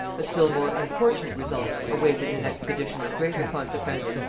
a still more unfortunate result awaited an expedition of greater consequence,